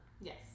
Yes